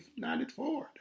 1994